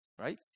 right